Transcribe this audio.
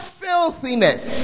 filthiness